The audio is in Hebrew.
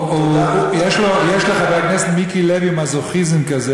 יש לחבר הכנסת מיקי לוי מזוכיזם כזה